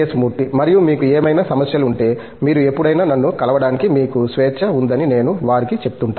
మూర్తి మరియు మీకు ఏమైనా సమస్యలు ఉంటే మీరు ఎప్పుడైనా నన్ను కలవడానికి మీకు స్వేచ్ఛ ఉందని నేను వారికి చెప్తుంటాను